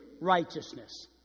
righteousness